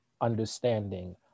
understanding